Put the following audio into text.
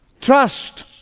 Trust